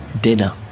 dinner